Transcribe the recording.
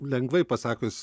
lengvai pasakius